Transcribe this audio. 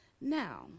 Now